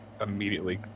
immediately